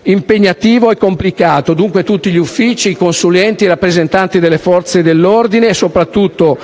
è stato svolto, dunque tutti gli uffici, i consulenti, i rappresentanti delle Forze dell'ordine e, soprattutto,